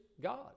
God